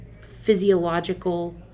physiological